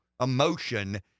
emotion